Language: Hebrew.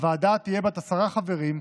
הוועדה תהיה בת עשרה חברים,